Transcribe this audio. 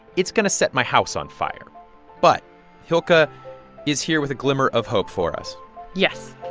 it's going to set my house on fire but hilke is here with a glimmer of hope for us yes.